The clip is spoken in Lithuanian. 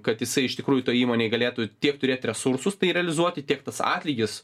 kad jisai iš tikrųjų toj įmonėj galėtų tiek turėt resursus tai realizuoti tiek tas atlygis